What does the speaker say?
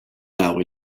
now